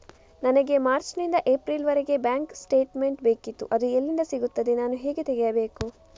ನನಗೆ ಮಾರ್ಚ್ ನಿಂದ ಏಪ್ರಿಲ್ ವರೆಗೆ ಬ್ಯಾಂಕ್ ಸ್ಟೇಟ್ಮೆಂಟ್ ಬೇಕಿತ್ತು ಅದು ಎಲ್ಲಿಂದ ಸಿಗುತ್ತದೆ ನಾನು ಹೇಗೆ ತೆಗೆಯಬೇಕು?